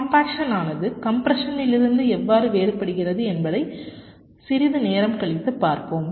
கம்பாக்சனானது கம்ப்ரசனிலிருந்து எவ்வாறு வேறுபடுகிறது என்பதை சிறிது நேரம் கழித்து பார்ப்போம்